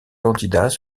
candidats